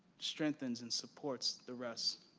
strengthens and supports the rest.